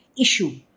issue